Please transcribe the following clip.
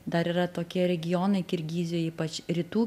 dar yra tokie regionai kirgizijoj ypač rytų